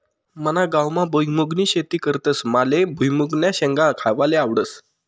मना गावमा भुईमुंगनी शेती करतस माले भुईमुंगन्या शेंगा खावाले आवडस